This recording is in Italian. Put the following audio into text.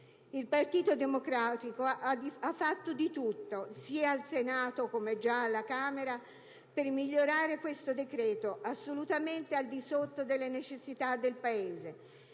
Il Partito Democratico ha fatto di tutto, al Senato come già alla Camera, per migliorare questo decreto, assolutamente al di sotto delle necessità del Paese,